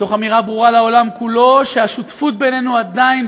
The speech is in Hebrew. מתוך אמירה ברורה לעולם כולו שהשותפות בינינו עדיין,